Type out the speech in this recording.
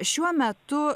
šiuo metu